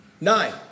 Nine